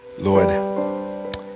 Lord